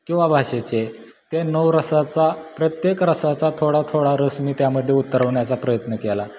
किंवा भाषेचे ते नऊ रसाचा प्रत्येक रसाचा थोडा थोडा रस मी त्यामध्ये उतरवण्याचा प्रयत्न केला